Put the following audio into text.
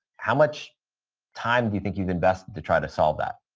how much time do you think you've invested to try to solve that?